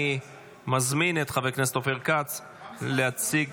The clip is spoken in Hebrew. אני מזמין את חבר הכנסת אופיר כץ להציג